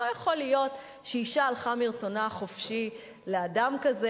לא יכול להיות שאשה הלכה מרצונה החופשי לאדם כזה.